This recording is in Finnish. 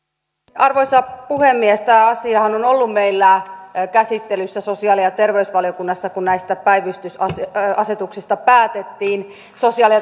arvoisa puhemies tämä asiahan oli meillä käsittelyssä sosiaali ja terveysvaliokunnassa kun näistä päivystysasetuksista päätettiin sosiaali